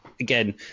again